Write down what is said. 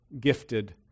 gifted